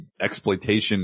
exploitation